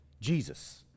Jesus